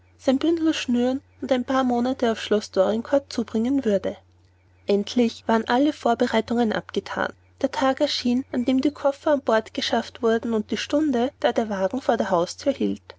bündel schnüren und ein paar monate auf schloß dorincourt zubringen würde endlich waren alle vorbereitungen abgethan der tag erschien an dem die koffer an bord geschafft wurden und die stunde da der wagen vor der hausthür hielt